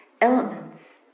elements